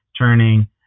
turning